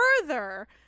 further